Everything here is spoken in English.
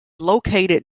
located